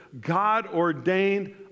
God-ordained